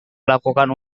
lakukan